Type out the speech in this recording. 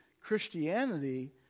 Christianity